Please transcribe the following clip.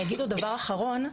אגיד דבר אחרון.